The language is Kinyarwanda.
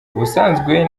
ubusanzwe